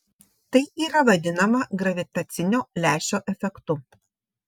tai yra vadinama gravitacinio lęšio efektu